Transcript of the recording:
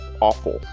awful